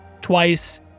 twice